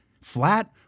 Flat